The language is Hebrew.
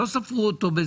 לא ספרו אותו.